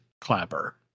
Clapper